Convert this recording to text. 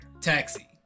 Taxi